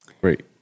Great